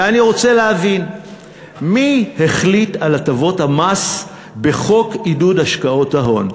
ואני רוצה להבין מי החליט על הטבות המס בחוק עידוד השקעות ההון.